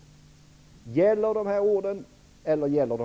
Gäller de här orden, eller inte?